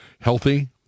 healthy